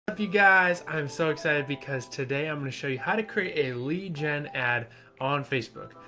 but you guys, i'm so excited because today i'm going to show you how to create a lead gen ad on facebook.